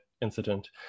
incident